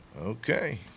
Okay